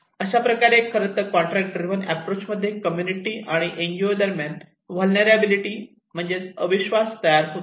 अशाप्रकारे खरेतर contract driven approach मध्ये कम्युनिटी आणि एनजीओ दरम्यान व्हलनेरलॅबीलीटी आणि अविश्वास तयार होतो